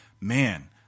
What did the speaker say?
man